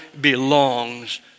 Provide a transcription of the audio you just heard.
belongs